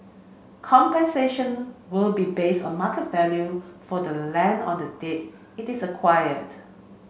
compensation will be based on market value for the land on the date it is acquired